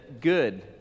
good